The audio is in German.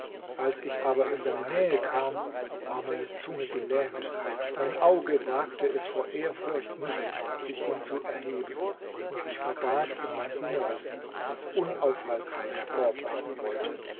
als ich aber in seine nähe kam war meine zunge gelähmt mein auge wagte es vor ehrfurcht nicht sich zu ihm zu erheben und ich verbarg in mein inneres was unaufhaltsam hervorbrechen wollte